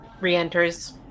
re-enters